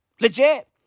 Legit